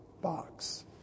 box